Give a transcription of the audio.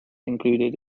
included